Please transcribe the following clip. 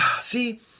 See